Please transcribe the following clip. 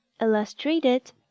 Illustrated